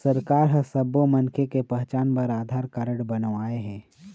सरकार ह सब्बो मनखे के पहचान बर आधार कारड बनवाए हे